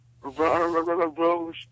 rose